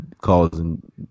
causing